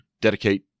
dedicate